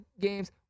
games